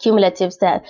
cumulative test.